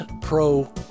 pro